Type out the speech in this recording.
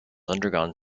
undergone